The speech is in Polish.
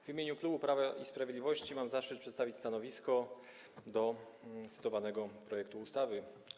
W imieniu klubu Prawa i Sprawiedliwości mam zaszczyt przedstawić stanowisko odnośnie do procedowanego projektu ustawy.